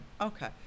Okay